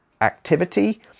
activity